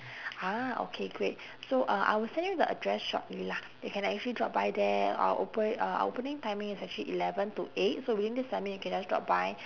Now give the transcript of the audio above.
ah okay great so uh I will send you the address shortly lah you can actually drop by there our opera~ uh opening timing is actually eleven to eight so within this timing you can just drop by